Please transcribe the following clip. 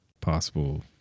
possible